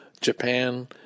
Japan